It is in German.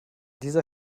dieser